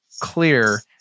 clear